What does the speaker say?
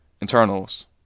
internals